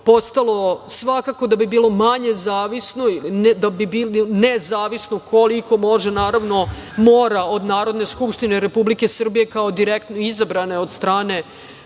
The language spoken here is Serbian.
postalo, svakako da bi bilo manje zavisno, ne da bilo nezavisno, koliko može naravno, mora od Narodne skupštine Republike Srbije kao direktno izabrane od strane